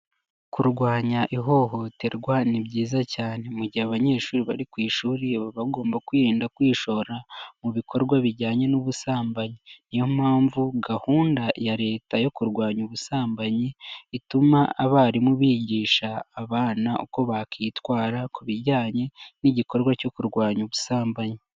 Kurwanya ihohoterwa ni byiza cyane, mu gihe abanyeshuri bari ku ishuri baba bagomba kwirinda kwishora mu bikorwa bijyanye n'ubusambanyi, niyo mpamvu gahunda ya leta yo kurwanya ubusambanyi ituma abarimu bigisha abana uko bakwitwara ku bijyanye n'igikorwa cyo kurwanya ubusambanyi.